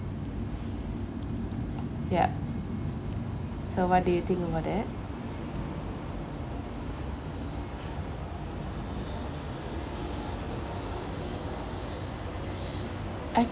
ya so what do you think about that I